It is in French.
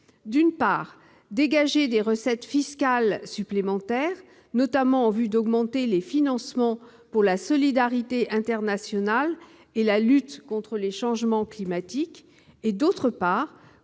d'une part, dégager des recettes fiscales supplémentaires, en vue notamment d'augmenter les financements pour la solidarité internationale et la lutte contre les changements climatiques ; d'autre part,